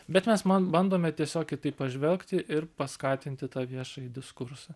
bet mes ma bandome tiesiog kitaip pažvelgti ir paskatinti tą viešąjį diskursą